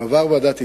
הוא עבר ועדת איתור.